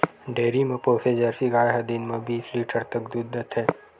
dairy म पोसे Jersey गाय ह दिन म बीस लीटर तक दूद देथे